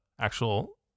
actual